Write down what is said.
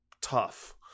tough